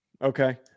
Okay